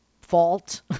fault